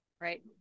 Right